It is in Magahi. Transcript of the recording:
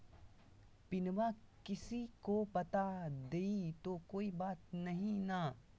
पिनमा किसी को बता देई तो कोइ बात नहि ना?